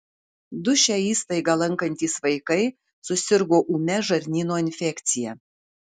du šią įstaigą lankantys vaikai susirgo ūmia žarnyno infekcija